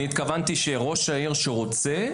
אני התכוונתי שראש העיר שרוצה,